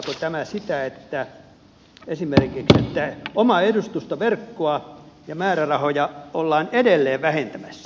tarkoittaako tämä esimerkiksi sitä että omaa edustustoverkkoa ja määrärahoja ollaan edelleen vähentämässä